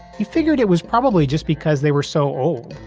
he figured it was probably just because they were so old.